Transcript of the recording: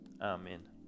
amen